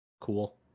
Cool